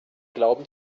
glauben